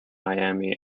miami